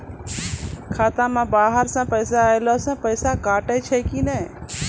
खाता मे बाहर से पैसा ऐलो से पैसा कटै छै कि नै?